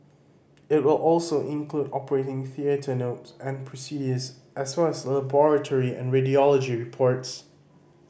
it will also include operating theatre note and procedures as well as laboratory and radiology reports